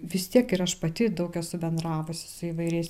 vis tiek ir aš pati daug esu bendravusi su įvairiais